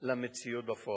למציאות בפועל.